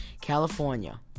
California